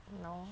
no